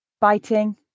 Biting